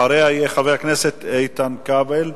אחריה יהיה חבר הכנסת איתן כבל.